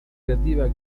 creativa